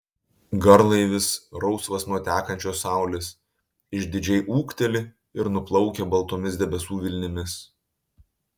garlaivis rausvas nuo tekančios saulės išdidžiai ūkteli ir nuplaukia baltomis debesų vilnimis